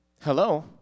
Hello